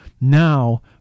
Now